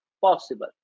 possible